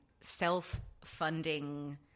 self-funding